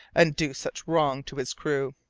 and do such wrong to his crew!